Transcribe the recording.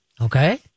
Okay